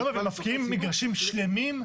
אני לא מבין, מפקיעים מגרשים שלמים?